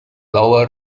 lower